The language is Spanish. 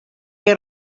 qué